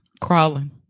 crawling